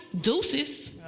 deuces